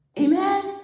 Amen